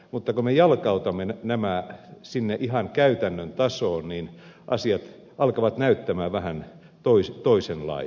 mutta kun me jalkautamme nämä sinne ihan käytännön tasoon niin asiat alkavat näyttää vähän toisenlaisilta